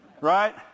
Right